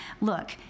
look